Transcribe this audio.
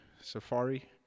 safari